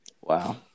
Wow